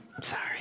sorry